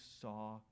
saw